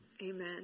Amen